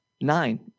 Nine